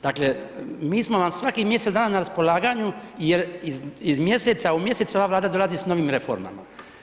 Dakle, mi smo vam svakih mjesec dana na raspolaganju jer iz mjeseca u mjesec ova Vlada dolazi s novim reformama.